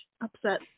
upset